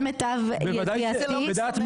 למיטב ידיעתי.